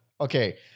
Okay